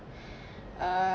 err